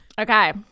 okay